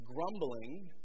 grumbling